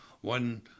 one